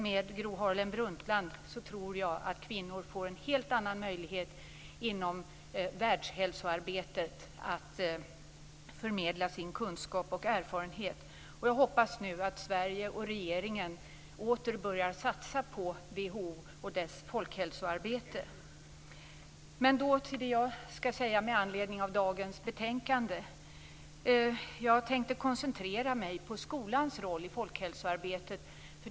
Med Gro Harlem Brundtland tror jag att kvinnor får en helt annan möjlighet att förmedla sin kunskap och erfarenhet inom världshälsoarbetet. Jag hoppas nu att Sverige och regeringen åter börjar satsa på WHO och dess folkhälsoarbete. Jag går nu över till det jag vill säga med anledning av dagens betänkande. Jag tänkte koncentrera mig på skolans roll i folkhälsoarbetet.